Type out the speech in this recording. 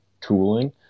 tooling